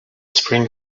spring